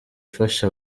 ifasha